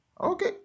Okay